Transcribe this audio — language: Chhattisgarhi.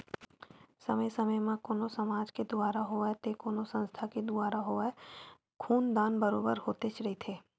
समे समे म कोनो समाज के दुवारा होवय ते कोनो संस्था के दुवारा होवय खून दान बरोबर होतेच रहिथे